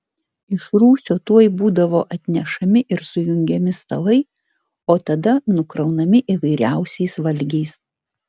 iš rūsio tuoj būdavo atnešami ir sujungiami stalai o tada nukraunami įvairiausiais valgiais